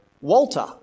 Walter